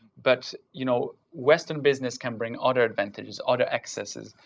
but you know western business can bring other advantages, other accesses,